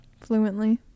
Fluently